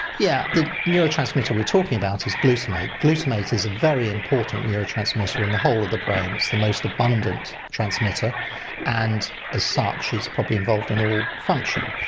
yeah the neurotransmitter we're talking about is glutamate. glutamate is a very important neurotransmitter in the whole of the brain. it's the most abundant transmitter and as such is probably involved in all function.